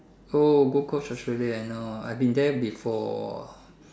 oh gold coast Australia I know I've been there before